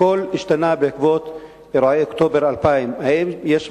הכול השתנה בעקבות אירועי אוקטובר 2000. האם יש מגמה,